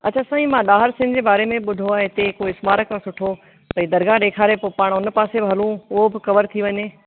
अच्छा साईं मां ॾाहिर सेन जे बारे में ॿुधो आहे हिते कोई स्मारक आहे सुठो भई दरगाह ॾेखारे पोइ पाण उन पासे बि हलूं उहो बि कवर थी वञे